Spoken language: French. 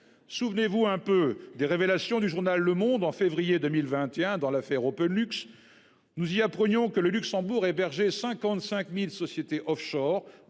Souvenez-vous un peu des révélations du journal en février 2021 dans l'affaire OpenLux. Nous y apprenions que le Luxembourg hébergeait 55 000 sociétés offshore,